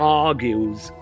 argues